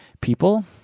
people